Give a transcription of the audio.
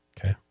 Okay